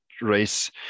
Race